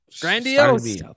Grandiose